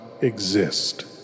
exist